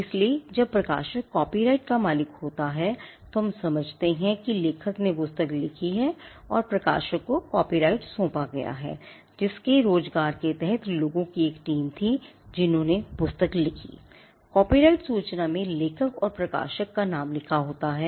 इसलिए जब प्रकाशक कॉपीराइट का मालिक होता है तो हम समझते हैं कि लेखक ने पुस्तक लिखी है और प्रकाशक को कॉपीराइट सौंपा गया है जिसके रोजगार के तहत लोगों की एक टीम थी जिन्होंने पुस्तक लिखी I कॉपीराइट सूचना में लेखक और प्रकाशक का नाम लिखा होता है